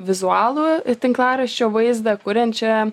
vizualų tinklaraščio vaizdą kuriančia